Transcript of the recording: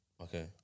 Okay